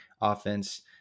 offense